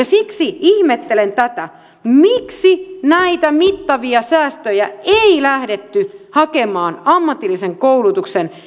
siksi ihmettelen tätä miksi näitä mittavia säästöjä ei lähdetty hakemaan ammatillisen koulutuksen